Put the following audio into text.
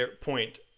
point